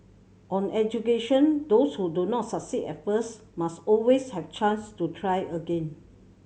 on education those who do not succeed at first must always have chance to try again